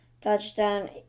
touchdown